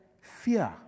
Fear